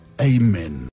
amen